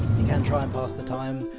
you can try and pass the time.